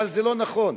אבל זה לא נכון.